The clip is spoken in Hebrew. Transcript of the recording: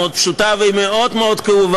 היא מאוד פשוטה והיא מאוד כאובה,